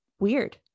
weird